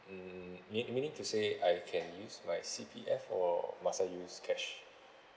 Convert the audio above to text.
mm mean meaning to say I can use my C_P_F or must I use cash